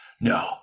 No